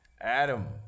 Adam